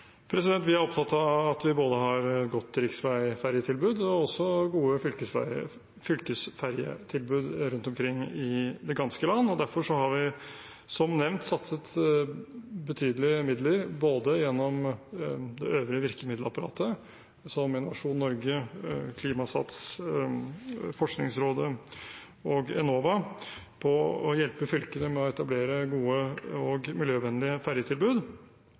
Vi er opptatt av å ha både godt riksveifergetilbud og gode fylkesfergetilbud rundt omkring i det ganske land. Derfor har vi som nevnt satset betydelige midler gjennom det øvrige virkemiddelapparatet, som Innovasjon Norge, Klimasats, Forskningsrådet og Enova, på å hjelpe fylkene med å etablere gode og miljøvennlige